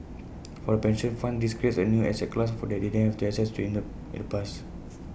for the pension funds this creates A new asset class that they didn't have access to in the in the past